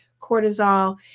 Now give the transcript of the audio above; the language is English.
cortisol